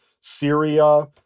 Syria